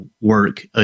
work